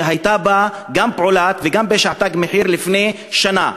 שהיו בה גם פעולה וגם פשע "תג מחיר" לפני שנה.